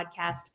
podcast